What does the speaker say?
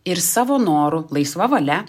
ir savo noru laisva valia